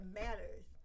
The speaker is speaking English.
matters